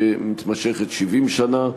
שמתמשכת 70 שנה.